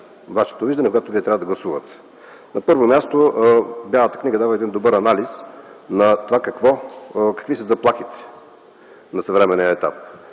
вашето виждане, когато трябва да гласувате. На първо място, Бялата книга дава добър анализ на това какви са заплахите на съвременен етап.